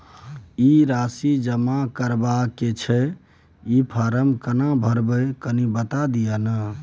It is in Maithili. ई राशि जमा करबा के छै त ई फारम केना भरबै, कनी बता दिय न?